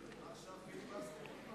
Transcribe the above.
עכשיו פיליבסטר?